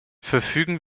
verfügen